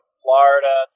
florida